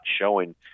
showing